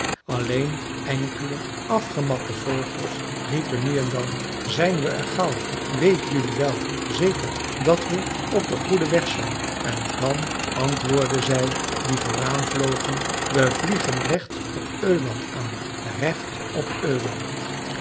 alleen enkele afgematte vogels riepen nu en dan zijn we er gauw weet jelui wel zeker dat we op den goeden weg zijn en dan antwoordden zij die vooraan vlogen we vliegen recht op öland aan recht op öland